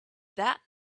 that